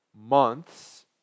months